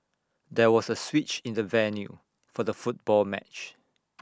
there was A switch in the venue for the football match